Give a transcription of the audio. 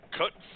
cut